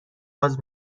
باز